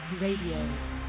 Radio